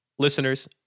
Listeners